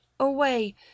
Away